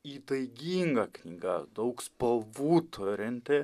įtaiginga knyga daug spalvų turinti